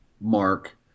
Mark